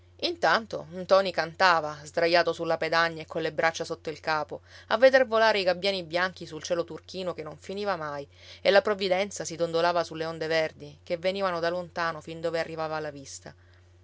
intanto ntoni cantava sdraiato sulla pedagna e colle braccia sotto il capo a veder volare i gabbiani bianchi sul cielo turchino che non finiva mai e la provvidenza si dondolava sulle onde verdi che venivano da lontano fin dove arrivava la vista